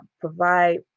provide